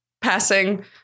passing